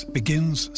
begins